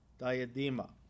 diadema